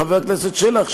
חבר הכנסת שלח,